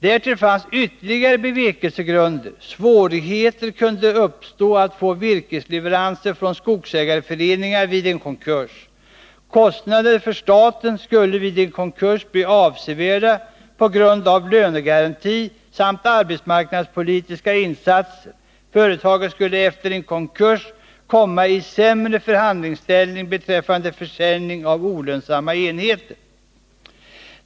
Därtill fanns ytterligare bevekelsegrunder: svårigheter att få virkesleveranser från skogsägarföreningarna vid en konkurs kunde uppstå, kostnaderna för staten skulle vid konkurs bli avsevärda på grund av lönegaranti samt arbetsmarknadspolitiska insatser, företaget skulle efter en konkurs komma i sämre förhandlingsställning beträffade försäljning av olönsamma enheter.